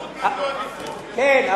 כן.